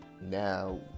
Now